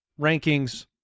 rankings